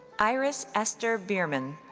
iris ester birman.